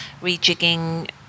rejigging